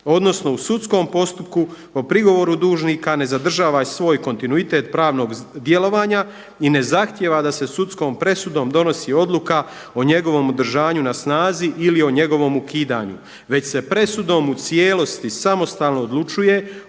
odnosno u sudskom postupku o prigovoru dužnika ne zadržava svoj kontinuitet pravnog djelovanja i ne zahtijeva da se sudskom presudom donosi odluka o njegovom održanju na snazi ili o njegovom ukidanju, već se presudom u cijelosti samostalno odlučuje o